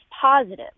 positive